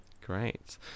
Great